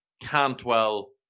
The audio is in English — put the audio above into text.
Cantwell